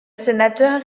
sénateur